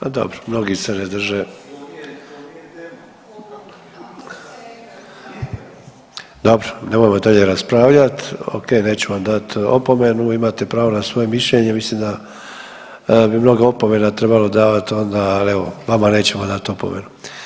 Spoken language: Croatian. A dobro, mnogi se ne drže … [[Upadica se ne razumije.]] dobro nemojmo dalje raspravljat, ok, neću vam dat opomenu imate pravo na svoje mišljenje i mislim da bi mnogo opomena trebalo davat onda, ali evo vama nećemo dat opomenu.